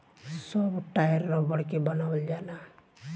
सब टायर रबड़ के बनावल जाला